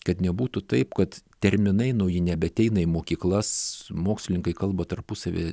kad nebūtų taip kad terminai nauji nebeateina į mokyklas mokslininkai kalba tarpusavy